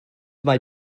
mae